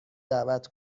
دعوت